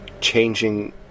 changing